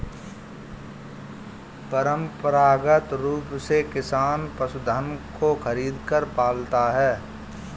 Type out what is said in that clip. परंपरागत रूप से किसान पशुधन को खरीदकर पालता है